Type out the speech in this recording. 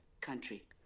country